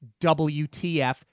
WTF